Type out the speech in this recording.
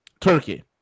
Turkey